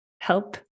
help